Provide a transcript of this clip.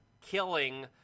killing